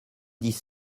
dix